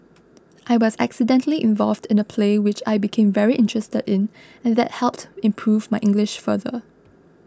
I was accidentally involved in a play which I became very interested in and that helped improve my English further